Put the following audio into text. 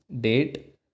date